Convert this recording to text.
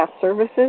services